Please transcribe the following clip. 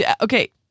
okay